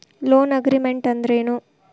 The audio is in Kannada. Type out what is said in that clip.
ಲೊನ್ಅಗ್ರಿಮೆಂಟ್ ಅಂದ್ರೇನು?